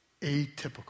Atypical